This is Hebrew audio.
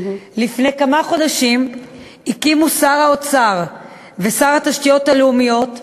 לפני כמה חודשים הקימו שר האוצר ושר התשתיות הלאומיות,